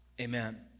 Amen